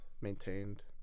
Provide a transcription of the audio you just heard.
maintained